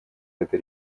это